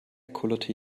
kullerte